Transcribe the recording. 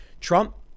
Trump